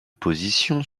position